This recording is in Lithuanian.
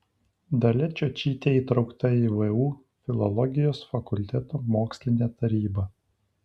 dalia čiočytė įtraukta į vu filologijos fakulteto mokslinę tarybą